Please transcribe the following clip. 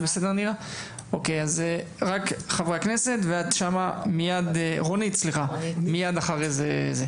אז חברי הכנסת, ורונית מייד אחרי זה.